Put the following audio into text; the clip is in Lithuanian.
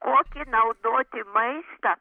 kokį naudoti maistą